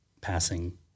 passing